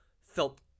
felt